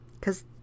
cause